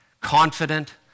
confident